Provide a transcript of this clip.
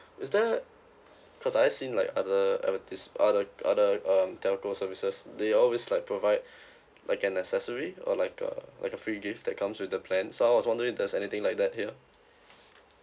is there cause I've seen like other advertise~ other other um telco services they always like provide like an accessory or like a like a free gift that comes with the plan so I was wondering if there's anything like that you know